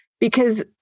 Because-